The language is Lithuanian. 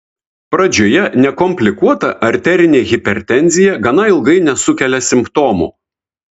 pradžioje nekomplikuota arterinė hipertenzija gana ilgai nesukelia simptomų